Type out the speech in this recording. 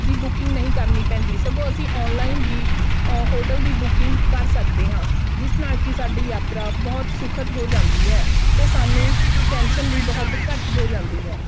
ਦੀ booking ਨਹੀਂ ਕਰਨੀ ਪੈਂਦੀ ਸਗੋਂ ਅਸੀਂ ਔਨਲਾਈਨ ਵੀ ਹੋਟਲ ਦੀ ਬੁਕਿੰਗ ਕਰ ਸਕਦੇ ਹਾਂ ਜਿਸ ਨਾਲ਼ ਕਿ ਸਾਡੀ ਯਾਤਰਾ ਬਹੁਤ ਸੁਖਤ ਹੋ ਜਾਂਦੀ ਹੈ ਅਤੇ ਸਾਨੂੰ ਟੈਂਸ਼ਨ ਵੀ ਬਹੁਤ ਘੱਟ ਹੋ ਜਾਂਦੀ ਹੈ